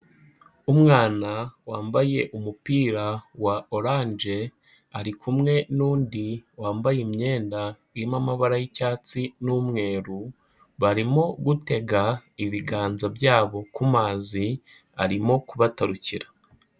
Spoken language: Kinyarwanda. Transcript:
Umwana wambaye umupira wa oranje, ari kumwe n'undi wambaye imyenda irimo amabara y'icyatsi n'umweru, barimo gutega ibiganza byabo ku mazi, arimo kubatarukira.